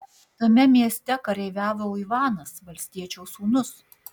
tame mieste kareiviavo ivanas valstiečio sūnus